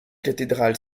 cathédrale